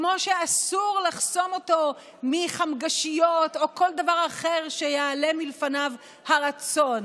כמו שאסור לחסום אותו מחמגשיות או מכל דבר אחר שיעלה מלפניו הרצון,